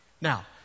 Now